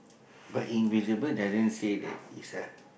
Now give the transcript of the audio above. but invisible doesn't say that is a